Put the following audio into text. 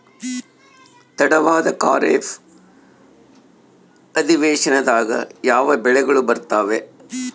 ತಡವಾದ ಖಾರೇಫ್ ಅಧಿವೇಶನದಾಗ ಯಾವ ಬೆಳೆಗಳು ಬರ್ತಾವೆ?